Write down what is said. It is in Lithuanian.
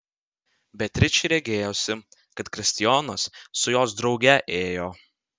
beatričei regėjosi kad kristijonas su jos drauge ėjo